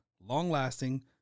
long-lasting